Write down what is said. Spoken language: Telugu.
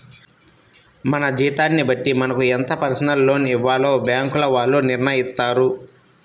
మన జీతాన్ని బట్టి మనకు ఎంత పర్సనల్ లోన్ ఇవ్వాలో బ్యేంకుల వాళ్ళు నిర్ణయిత్తారు